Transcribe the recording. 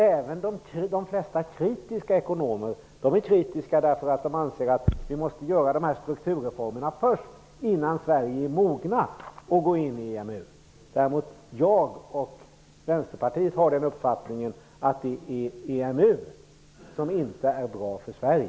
De ekonomer som är kritiska är det därför att de anser att vi först måste genomföra strukturreformerna innan Sverige är moget att gå in i EMU. Jag och Vänsterpartiet har den uppfattningen att det är EMU som inte är bra för Sverige.